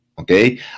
okay